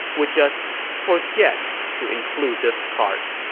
would just forget to include this part.